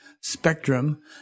spectrum